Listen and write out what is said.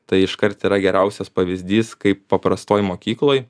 tai iškart yra geriausias pavyzdys kaip paprastoj mokykloj